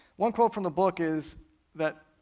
one quote from the book is that,